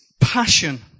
passion